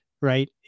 right